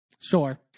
Sure